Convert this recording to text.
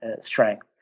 strength